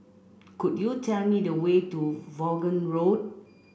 could you tell me the way to Vaughan Road